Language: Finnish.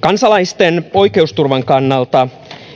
kansalaisten oikeusturvan kannalta